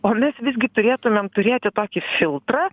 o mes visgi turėtumėm turėti tokį filtrą